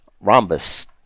rhombus